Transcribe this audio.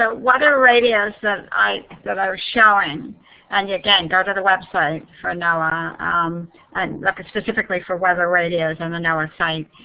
weather radios that i that i was showing and, again, go to the website for noaa um and like specifically for weather radios on the noaa site,